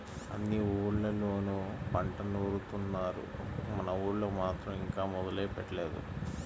అన్ని ఊర్లళ్ళోనూ పంట నూరుత్తున్నారు, మన ఊళ్ళో మాత్రం ఇంకా మొదలే పెట్టలేదు